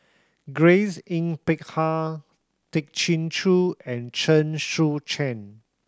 Grace Yin Peck Ha Tay Chin Joo and Chen Sucheng